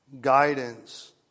guidance